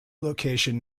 location